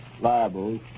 liable